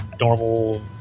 normal